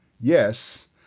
Yes